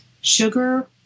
Sugar